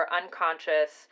unconscious